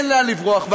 אין לאן לברוח.